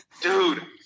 Dude